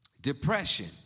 Depression